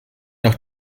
nach